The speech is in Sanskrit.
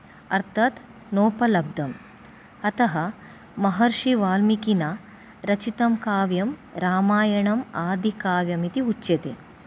अर्थात् नोपलब्धं अतः महर्षिवाल्मिकिना रचितं काव्यं रामायणं आदिकाव्यम् इति उच्यते